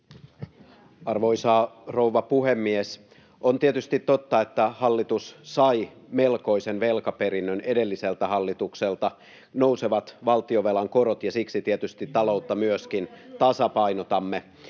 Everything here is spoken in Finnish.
Arvoisa rouva puhemies! On tietysti totta, että hallitus sai melkoisen velkaperinnön edelliseltä hallitukselta, nousevat valtionvelan korot, [Antti Kurvinen: Historiallisen